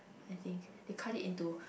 I think they cut it into